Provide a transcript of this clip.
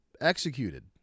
Executed